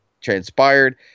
transpired